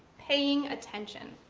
paying attention.